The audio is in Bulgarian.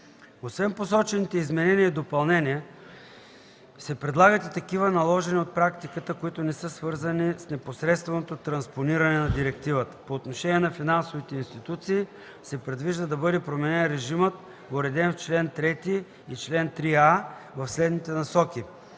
Освен посочените изменения и допълнения се предлагат и такива, наложени от практиката, които не са свързани с непосредственото транспониране на Директивата. По отношение на финансовите институции се предвижда да бъде променен режимът, уреден в чл. 3 и 3а, в следните насоки: